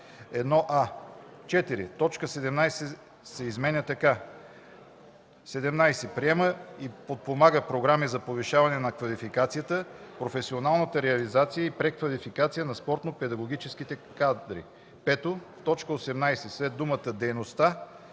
така: „17. приема и подпомага програми за повишаване на квалификацията, професионалната реализация и преквалификацията на спортно-педагогическите кадри”. 5. В т. 18 след думата „дейността”